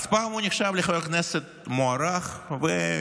אז פעם הוא נחשב לחבר הכנסת מוערך ומקצועי,